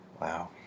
Wow